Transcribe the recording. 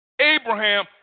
Abraham